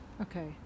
Okay